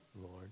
Lord